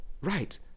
Right